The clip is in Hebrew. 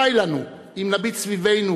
די לנו אם נביט סביבנו